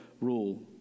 rule